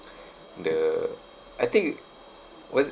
the I think it was it